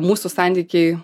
mūsų santykiai